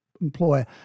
employer